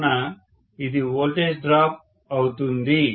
కావున ఇది voltage drop అవుతుంది